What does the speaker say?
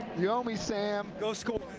yeah uh-oh me sam. go score.